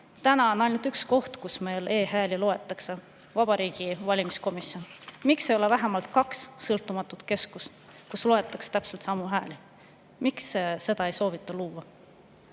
Täna on ainult üks koht, kus meil e‑hääli loetakse: Vabariigi Valimiskomisjon. Miks ei ole vähemalt kaks sõltumatut keskust, kus loetaks täpselt samu hääli? Miks seda ei soovita luua?